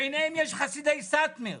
ביניהם יש חסידי סאטמר,